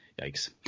Yikes